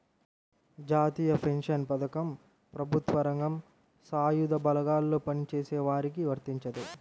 జాతీయ పెన్షన్ పథకం ప్రభుత్వ రంగం, సాయుధ బలగాల్లో పనిచేసే వారికి వర్తించదు